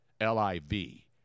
L-I-V